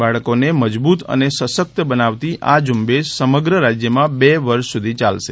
બાળકોને મજબૂત અને સશક્ત બનાવતી આ ઝુંબેશ સમગ્ર રાજયમાં બેવર્ષ સુધી ચાલશે